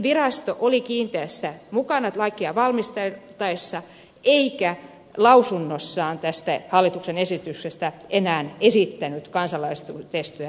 virasto oli kiinteästi mukana lakia valmisteltaessa eikä lausunnossaan tästä hallituksen esityksestä enää esittänyt kansalaisuustestien käyttöönottoa